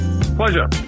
Pleasure